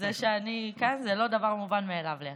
זה לא דבר מובן מאליו לידך.